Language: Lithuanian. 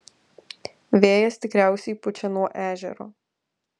vėjas tikriausiai pučia nuo ežero